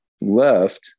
left